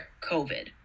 COVID